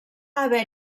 haver